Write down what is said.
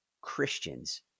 Christians